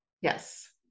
Yes